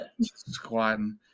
Squatting